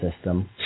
system